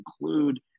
include